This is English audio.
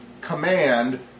command